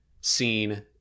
seen